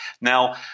Now